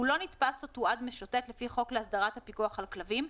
הוא לא נתפס או תועד משוטט לפי חוק להסדרת הפיקוח על כלבים,